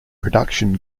production